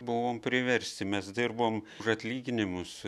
buvom priversti mes dirbom už atlyginimus